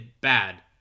bad